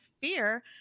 fear